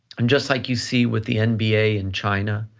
and just like you see with the nba in china,